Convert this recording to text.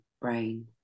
brain